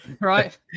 right